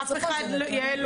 יעל,